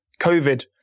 COVID